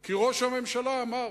כי ראש הממשלה אמר?